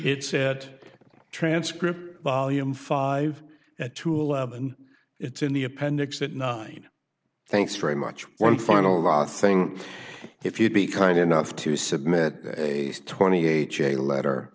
it said transcript volume five at tool lab and it's in the appendix that nine thanks very much one final thing if you'd be kind enough to submit a twenty eight year letter